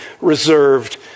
reserved